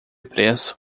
preço